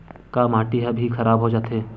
का माटी ह भी खराब हो जाथे का?